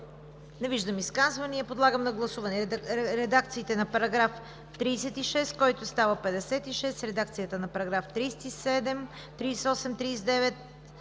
Не виждам изказвания. Подлагам на гласуване редакцията на параграф 36, който става 56; редакциите на параграфи 37, 38, 39,